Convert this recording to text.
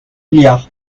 milliards